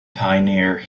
pioneer